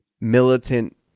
militant